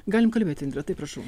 galim kalbėti indre taip prašau